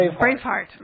Braveheart